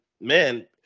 man